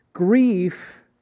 Grief